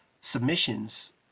submissions